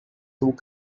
look